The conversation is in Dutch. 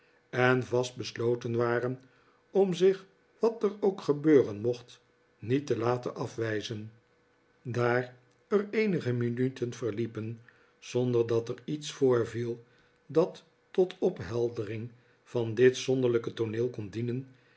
en vast besloten waren om zich wat er ook gebeuren mocht niet te laten afwijzen daar er eenige minuten verliepen zonder dat er iets voorviel dat tot opheldering van dit zonderlinge tooneel kon dienen